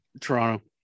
toronto